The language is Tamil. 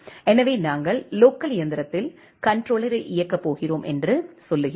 எனவே நாங்கள் லோக்கல் இயந்திரத்தில் கண்ட்ரோலரை இயக்கப் போகிறோம் என்று சொல்கிறோம்